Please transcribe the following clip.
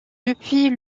depuis